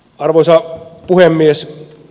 arvoisa puhemies